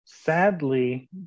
Sadly